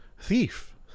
thief